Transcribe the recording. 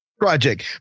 project